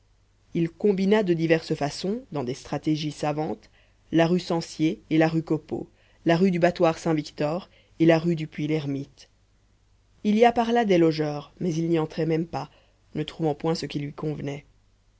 il combina de diverses façons dans des stratégies savantes la rue censier et la rue copeau la rue du battoir saint victor et la rue du puits lermite il y a par là des logeurs mais il n'y entrait même pas ne trouvant point ce qui lui convenait